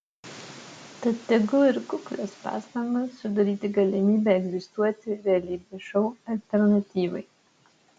tai tegul ir kuklios pastangos sudaryti galimybę egzistuoti realybės šou alternatyvai